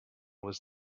was